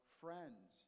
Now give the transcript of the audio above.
friends